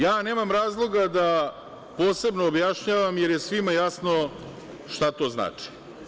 Ja nemam razloga da posebno objašnjavam, jer je svima jasno šta to znači.